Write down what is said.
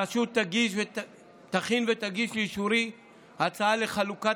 הרשות תכין ותגיש לאישורי הצעה לחלוקת